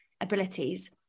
abilities